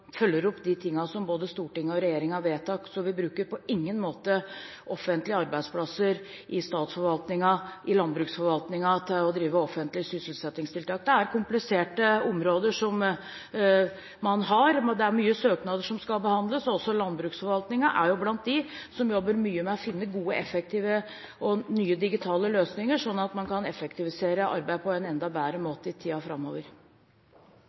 følger opp det som både storting og regjering har vedtatt, så vi bruker på ingen måte offentlige arbeidsplasser i statsforvaltningen og i landbruksforvaltningen til å drive offentlige sysselsettingstiltak. Det er kompliserte områder man har, det er mange søknader som skal behandles, og også landbruksforvaltningen er blant dem som jobber mye med å finne gode, effektive og nye digitale løsninger, sånn at man kan effektivisere arbeidet på en enda bedre måte i tiden framover.